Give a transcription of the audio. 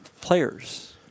players